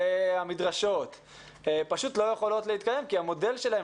והמדרשות פשוט לא יכולות להתקיים כי המודל שלהם